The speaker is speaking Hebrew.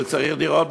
כי הוא צריך דירות,